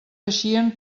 eixien